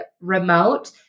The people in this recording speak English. remote